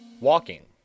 Walking